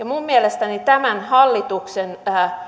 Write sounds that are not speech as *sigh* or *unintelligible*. *unintelligible* minun mielestäni tämän hallituksen